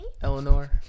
Eleanor